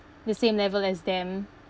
the same level as them